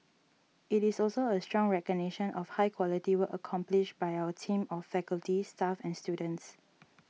it is also a strong recognition of high quality work accomplished by our team of faculty staff and students